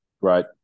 right